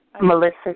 Melissa